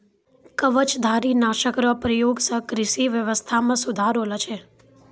कवचधारी नाशक रो प्रयोग से कृषि व्यबस्था मे सुधार होलो छै